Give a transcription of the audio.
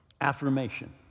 affirmation